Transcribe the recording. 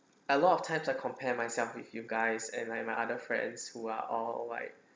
a lot of times I compare myself with you guys and Iike my other friends who are all like